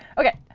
ok,